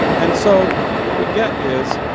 and so what we get is